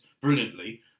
brilliantly